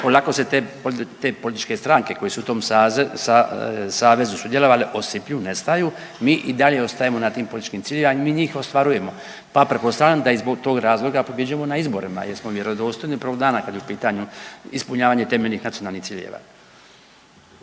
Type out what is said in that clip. polako se te političke stranke koje su u tom savezu sudjelovale osipljuju, nestaju, mi i dalje ostajemo na tim političkim ciljevima, ali mi njih ostvarujemo pa pretpostavljam da i zbog tog razloga pobjeđujemo na izborima jer smo vjerodostojni od prvog dana kad je u pitanju ispunjavanje temeljnih nacionalnih ciljeva.